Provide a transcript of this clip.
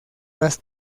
las